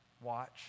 Watch